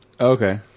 Okay